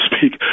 speak